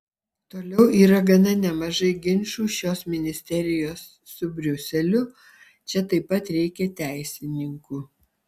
toliau yra gana nemažai ginčų šios ministerijos su briuseliu čia taip pat reikia teisininkų